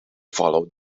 follow